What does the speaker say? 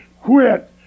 quit